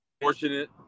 fortunate